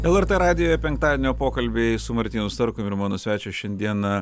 lrt radijuje penktadienio pokalbiai su martynu starkumi ir mano svečias šiandieną